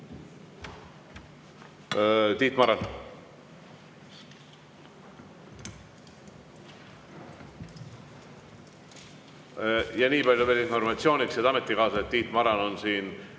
Tiit Marani. Nii palju veel informatsiooniks, head ametikaaslased, et Tiit Maran on siin